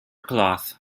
cloths